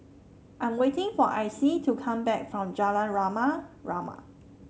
I am waiting for Icy to come back from Jalan Rama Rama